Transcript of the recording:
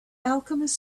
alchemist